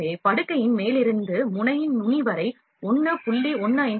எனவே படுக்கையின் மேலிருந்து முனையின் நுனி வரை 1 0